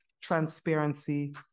transparency